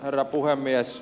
herra puhemies